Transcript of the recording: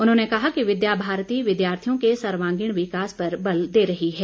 उन्होंने कहा कि विद्या भारती विद्यार्थियों के सर्वांगीण विकास पर बल दे रही है